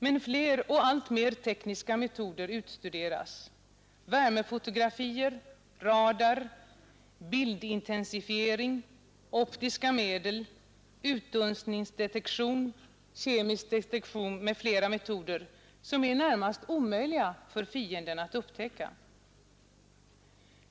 Men fler och alltmer tekniska metoder utstuderas i värmefotografier, radar, bildintensifiering, optiska medel, utdunstningsdetektion, kemisk detektion m.fl. metoder, som är närmast omöjliga för fienden att upptäcka.